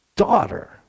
Daughter